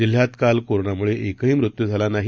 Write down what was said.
जिल्ह्यातकालकोरोनामुळेएकहीमृत्यूझालानाही